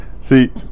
See